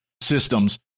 systems